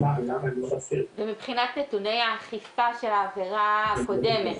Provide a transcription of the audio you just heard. מבחינת נתוני האכיפה של העבירה הקודמת,